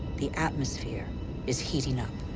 the atmosphere is heating up.